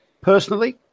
Personally